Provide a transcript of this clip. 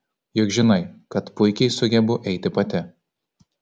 juk žinai kad puikiai sugebu eiti pati